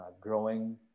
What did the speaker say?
growing